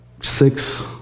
six